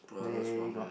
they got